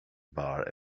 bar